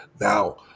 now